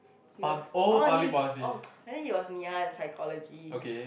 he was oh he oh I think he was Ngee-Ann psychology